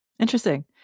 Interesting